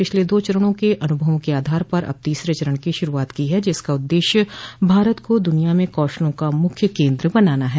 पिछले दो चरणों के अनुभवों के आधार पर अब तीसरे चरण की शुरुआत की है जिसका उद्देश्य भारत को दुनिया में कौशलों का मुख्य केंद्र बनाना है